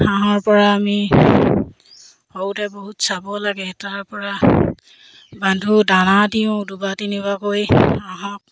হাঁহৰপৰা আমি সৰুতে বহুত চাব লাগে তাৰপৰা বান্ধো দানা দিওঁ দুবাৰ তিনিবাৰকৈ হাঁহক